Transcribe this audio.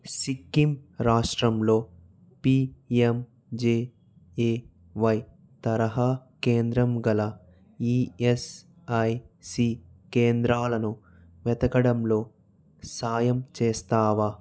సిక్కిం రాష్ట్రంలో పిఎంజెఏవై తరహా కేంద్రం గల ఈఎస్ఐసి కేంద్రాలను వెతకడంలో సాయం చేస్తావా